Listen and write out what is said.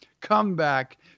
comeback